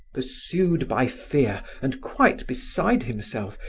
pursued by fear and quite beside himself,